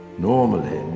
normally